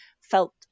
felt